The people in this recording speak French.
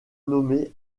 nommé